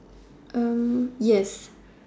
yes